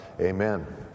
Amen